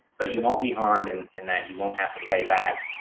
but you won't be harmed and in that you won't have to pay back